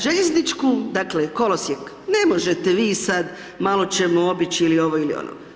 Željezničku, dakle kolosijek, ne možete vi sad malo ćemo obići ili ovo ili ono.